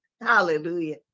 Hallelujah